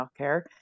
healthcare